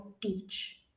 teach